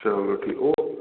चलो ठीक